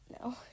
No